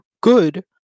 good